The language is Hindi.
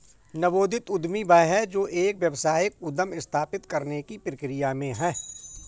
नवोदित उद्यमी वह है जो एक व्यावसायिक उद्यम स्थापित करने की प्रक्रिया में है